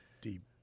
deep